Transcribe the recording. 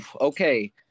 Okay